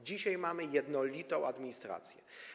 Dzisiaj mamy jednolitą administrację.